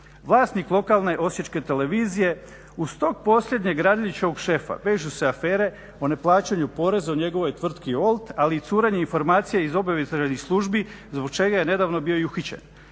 vlasnik lokalne Osječke televizije. Uz tog posljednjeg Radeljićevog šefa vežu se afere o neplaćanju poreza u njegovoj tvrtki Old, ali i curenje informacija i obavijesti radi službi zbog čega je nedavno bio i uhićen.